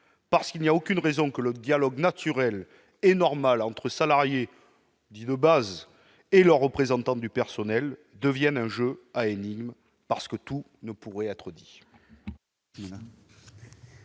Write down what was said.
Il n'y a aucune raison que le dialogue naturel et normal entre salariés « de base » et représentants du personnel devienne un jeu d'énigmes parce que tout ne pourrait pas être dit.